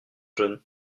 jeune